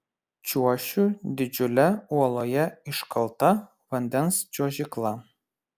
čiuošiu didžiule uoloje iškalta vandens čiuožykla